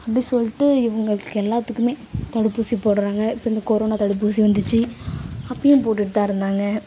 அப்படி சொல்லிட்டு இவர்களுக்கு எல்லாத்துக்குமே தடுப்பூசி போடுகிறாங்க இப்போ இந்த கொரோனா தடுப்பூசி வந்துச்சு அப்போயும் போட்டுகிட்டுதான் இருந்தாங்க